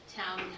town